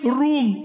room